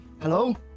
Hello